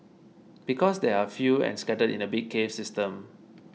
because they are few and scattered in a big cave system